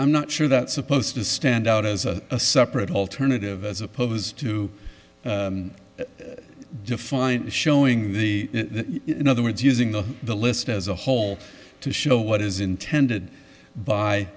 i'm not sure that's supposed to stand out as a separate alternative as opposed to define showing the you know the words using the the list as a whole to show what is intended by